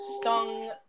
stung